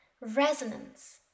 resonance